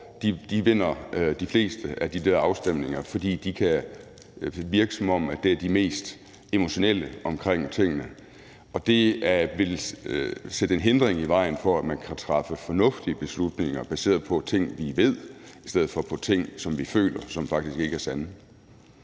vinder de fleste af de der afstemninger, altså fordi de kan virke, som om de er de mest emotionelle omkring tingene. Og det vil lægge en hindring i vejen for, at man kan træffe fornuftige beslutninger baseret på ting, vi ved, i stedet for på ting, som vi føler, og som faktisk ikke er sande.